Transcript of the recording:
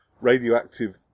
radioactive